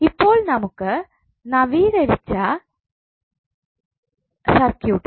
ഇപ്പോൾ നമുക്ക് നവീകരിച്ച സർക്യൂട്ട് കിട്ടി